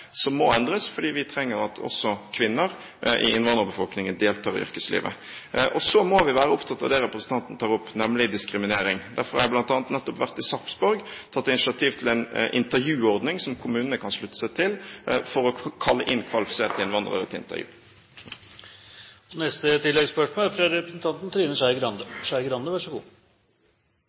som må endres, fordi vi trenger at også kvinner i innvandrerbefolkningen deltar i yrkeslivet. Så må vi være opptatt av det representanten tar opp, nemlig diskriminering. Derfor har jeg bl.a. nettopp vært i Sarpsborg og tatt initiativ til en intervjuordning som kommunene kan slutte seg til, for å kalle inn kvalifiserte innvandrere til intervju. Trine Skei Grande – til oppfølgingsspørsmål. Statsråden har rett i at det er